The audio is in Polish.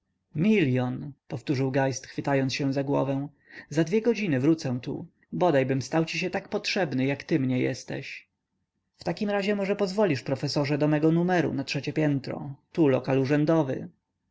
milion powtórzył geist chwytając się za głowę za dwie godziny wrócę tu bodajbym stał ci się tak potrzebny jak ty mnie jesteś w takim razie może pozwolisz profesorze do mego numeru na trzecie piętro tu lokal urzędowy